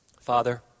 Father